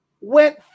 went